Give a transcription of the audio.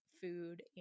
food